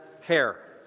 hair